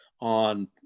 on